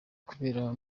kubera